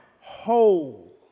whole